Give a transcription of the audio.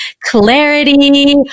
clarity